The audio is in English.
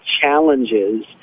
challenges